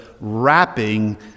wrapping